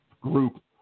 group